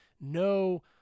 no